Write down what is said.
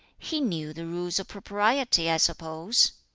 he knew the rules of propriety, i suppose?